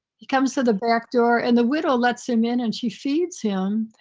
he comes to the backdoor and the widow lets him in and she feeds him,